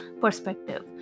perspective